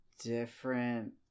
different